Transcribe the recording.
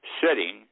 sitting